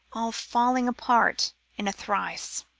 all falling apart in a trice.